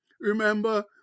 remember